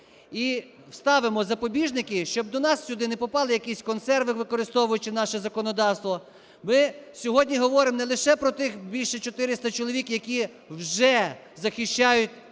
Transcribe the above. і вставимо запобіжники, щоб до нас сюди не попали якісь консерви, використовуючи наше законодавство. Ми сьогодні говоримо не лише про тих більше 400 чоловік, які вже захищають наші